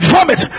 Vomit